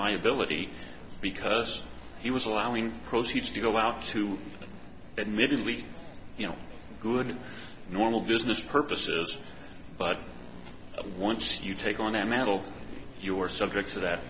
liability because he was allowing proceeds to go out to and maybe leave you know good normal business purposes but once you take on that mantle you are subject to that